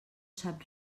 sap